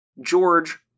George